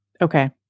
Okay